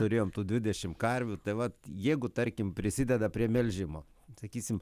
turėjom tų dvidešim karvių tai vat jeigu tarkim prisideda prie melžimo sakysim